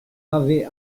m’avait